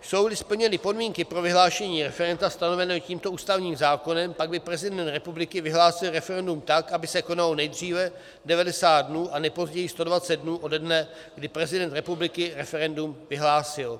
Jsouli splněny podmínky pro vyhlášení referenda stanovené tímto ústavním zákonem, pak by prezident republiky vyhlásil referendum tak, aby se konalo nejdříve 90 dnů a nejpozději 120 dnů ode dne, kdy prezident republiky referendum vyhlásil.